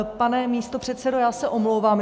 Pane místopředsedo, já se omlouvám.